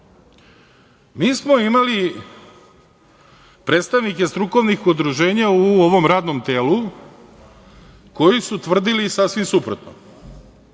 smo imali predstavnike strukovnih udruženja u ovom radnom telu koji su tvrdili sasvim suprotno.